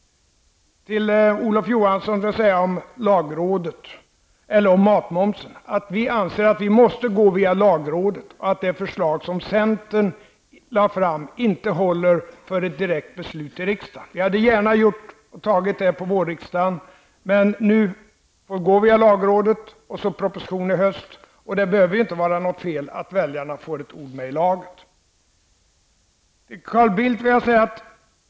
Till Olof Johansson vill jag säga när det gäller matmomsen att vi anser att man måste gå via lagrådet och att det förslag som centern lade fram inte håller för ett direkt beslut i riksdagen. Vi hade gärna tagit det på vårriksdagen, men nu får vi gå via lagrådet och det kommer en proposition i höst. Det behöver inte vara något fel i att väljarna får ett ord med i laget. Carl Bildt!